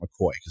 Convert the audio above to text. McCoy